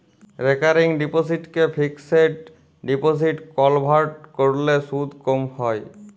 recurring ডিপসিটকে fixed ডিপসিটে convert ক্যরলে সুদ ক্যম হ্যয়